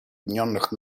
объединенных